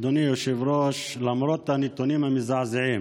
אדוני היושב-ראש, למרות הנתונים המזעזעים